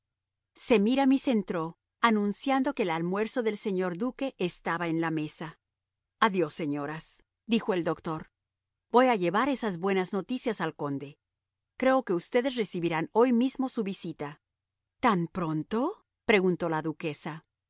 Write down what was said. sonrió semíramis entró anunciando que el almuerzo del señor duque estaba en la mesa adiós señoras dijo el doctor voy a llevar esas buenas noticias al conde creo que ustedes recibirán hoy mismo su visita tan pronto preguntó la duquesa